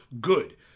good